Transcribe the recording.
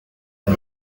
une